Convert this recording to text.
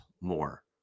more